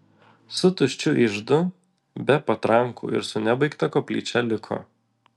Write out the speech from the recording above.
su tuščiu iždu be patrankų ir su nebaigta koplyčia liko